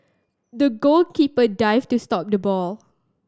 the goalkeeper dived to stop the ball